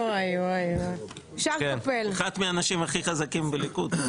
אחד מהאנשים הכי חזקים בליכוד.